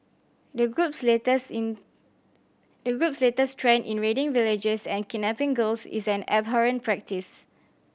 the group's latest in the group latest trend in raiding villages and kidnapping girls is an abhorrent practice